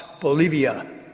Bolivia